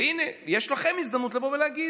הינה יש לכם הזדמנות לבוא ולהגיד: